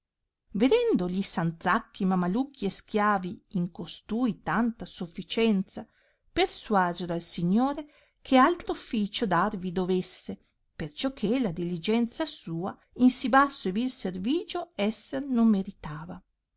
vedendo gli sanzacchi mamalucchi e schiavi in costui tanta sofficienza persuasero al signore che altro officio darvi dovesse perciò che la diligenza sua in sì basso e vii servigio esser non meritava